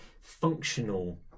functional